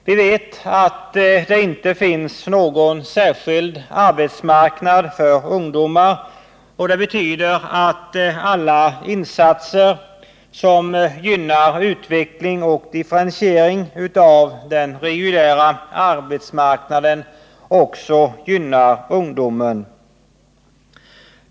Vi vet att det inte finns någon särskild arbetsmarknad för ungdomar, och det betyder att alla insatser som gynnar utveckling och differentiering av den reguljära arbetsmarknaden också gynnar ungdomen.